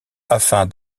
afin